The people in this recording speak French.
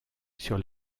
sur